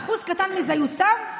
אחוז קטן מזה יושם.